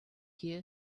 here